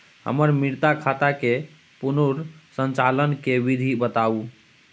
हमर मृत खाता के पुनर संचालन के विधी बताउ?